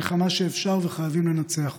מלחמה שאפשר ושחייבים לנצח בה.